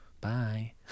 Bye